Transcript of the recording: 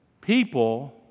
people